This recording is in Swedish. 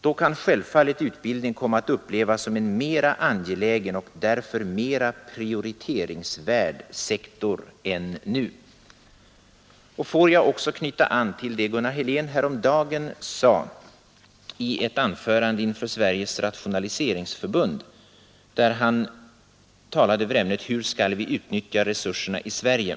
Då kan självfallet utbildning komma att upplevas som en mera angelägen och därför mera prioriteringsvärd sektor än nu.” Och får jag också knyta an till det Gunnar Helén häromdagen sade i ett anförande inför Sveriges rationaliseringsförbund, där han talade över ämnet Hur skall vi utnyttja resurserna i Sverige?